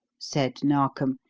said narkom,